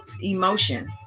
emotion